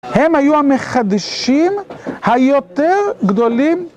הם היו המחדשים היותר גדולים.